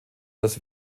das